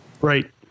Right